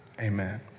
Amen